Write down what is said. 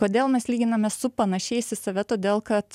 kodėl mes lyginamės su panašiais į save todėl kad